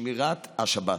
שמירת השבת.